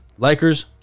Likers